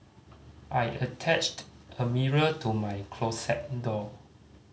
I attached a mirror to my closet door